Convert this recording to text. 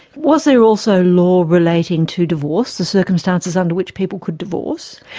was there also law relating to divorce the circumstances under which people could divorce?